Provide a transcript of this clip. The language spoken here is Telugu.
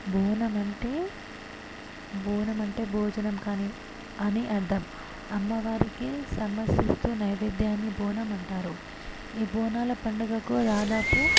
బోనం అంటే బోనం అంటే భోజనం కానీ అని అర్థం అమ్మవారికి సమర్సిస్తూ నైవేద్యాన్ని బోనం అంటారు ఈ బోనాల పండుగకు దాదాపు